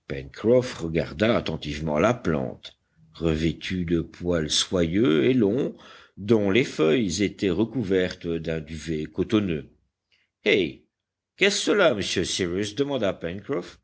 regarda attentivement la plante revêtue de poils soyeux et longs dont les feuilles étaient recouvertes d'un duvet cotonneux eh qu'est-ce cela monsieur cyrus demanda